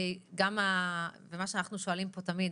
שהוא שאל ולשאלות שאנחנו שואלים תמיד,